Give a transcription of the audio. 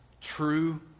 true